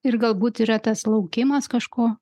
ir galbūt yra tas laukimas kažko